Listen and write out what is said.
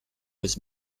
was